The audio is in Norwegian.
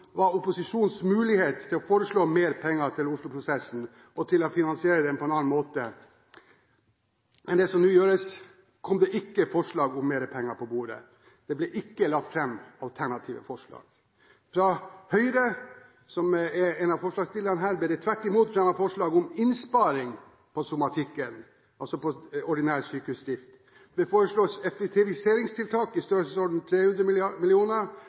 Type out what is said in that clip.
opposisjonens mulighet til å foreslå mer penger til Oslo-prosessen og til å finansiere den på en annen måte enn det som nå gjøres, kom det ikke forslag om mer penger på bordet, det ble ikke lagt fram alternative forslag. Fra Høyre, som er en av forslagsstillerne her, ble det tvert imot fremmet forslag om innsparing på somatikken, altså på ordinær sykehusdrift. Det foreslås effektiviseringstiltak i størrelsesorden 300